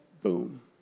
Boom